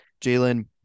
Jalen